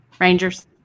Rangers